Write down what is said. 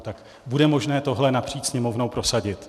Tak bude možné tohle napříč Sněmovnou prosadit?